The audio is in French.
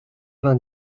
vingt